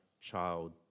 Child